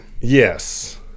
Yes